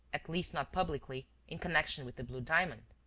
at least not publicly, in connection with the blue diamond.